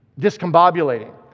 discombobulating